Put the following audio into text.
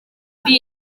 kuri